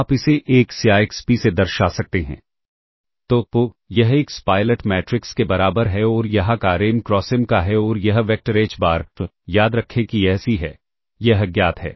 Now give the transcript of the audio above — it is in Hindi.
आप इसे X या XP से दर्शा सकते हैं तो यह X पायलट मैट्रिक्स के बराबर है और यह आकार m क्रॉस m का है और यह वेक्टर h बार याद रखें कि यह CSI है यह अज्ञात है